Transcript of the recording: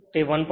તેથી તે 1